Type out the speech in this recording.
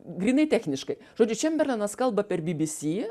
grynai techniškai žodžiu čemberlenas kalba per bbc